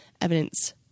evidence